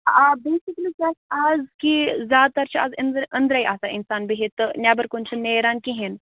آ بیسِکٔلی چھُ اَسہِ آز کہِ زیادٕ تَر چھُ آز أنٛدٕرۍ أنٛدرَے آسان اِنسان بِہِتھ تہٕ نٮ۪بَر کُن چھِنہٕ نیران کِہیٖنۍ